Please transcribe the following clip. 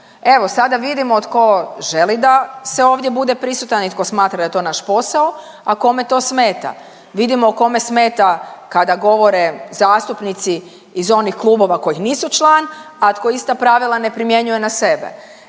Evo sada vidimo tko želi da se ovdje bude prisutan i tko smatra da je to naš posao, a kome to smeta. Vidimo kome smeta kada govore zastupnici iz onih kluba kojih nisu član, a tko ista pravila ne primjenjuje na sebe.